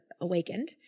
awakened